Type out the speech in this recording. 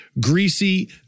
greasy